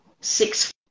six